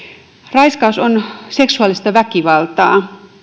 raiskaus on seksuaalista väkivaltaa